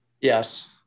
yes